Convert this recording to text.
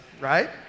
Right